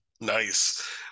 nice